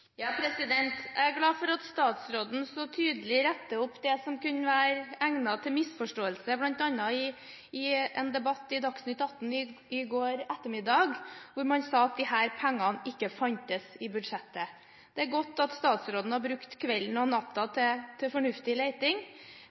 Jeg er glad for at statsråden så tydelig retter opp det som kunne være egnet til misforståelse, bl.a. i en debatt i Dagsnytt 18 i går ettermiddag, hvor man sa at disse pengene ikke fantes i budsjettet. Det er godt at statsråden har brukt kvelden og natten til fornuftig